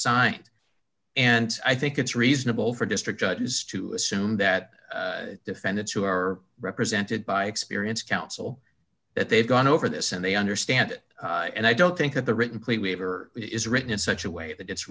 signed and i think it's reasonable for district judges to assume that defendants who are represented by experience counsel that they've gone over this and they understand it and i don't think that the written plea waiver is written in such a way that it's